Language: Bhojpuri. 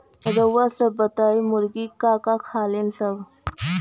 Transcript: रउआ सभ बताई मुर्गी का का खालीन सब?